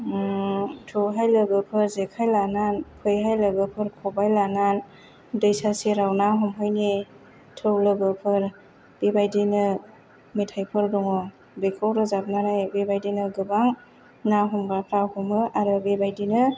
थु हाय लोगोफोर जेखाइ लाना फैहाय लोगोफोर खबाइ लाना दैसा सेराव ना हमहैनि थौ लोगोफोर बे बायदिनो मेथाइफोर दङ बेखौ रोजाबनानै बे बायदिनो गोबां ना हमग्राफ्रा हमो आरो बे बायदिनो